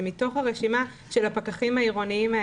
זה מתוך הרשימה של הפקחים העירוניים.